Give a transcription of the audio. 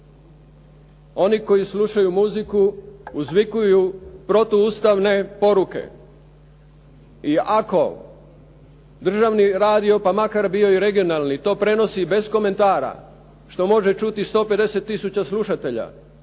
oni koji slušaju muziku uzvikuju protuustavne poruke i ako državni radio pa makar bio i regionalni to prenosi bez komentara što može čuti 150 000 slušatelja